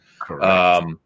Correct